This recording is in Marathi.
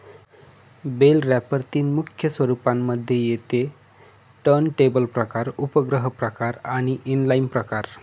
बेल रॅपर तीन मुख्य स्वरूपांना मध्ये येते टर्नटेबल प्रकार, उपग्रह प्रकार आणि इनलाईन प्रकार